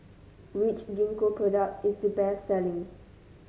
which Gingko product is the best selling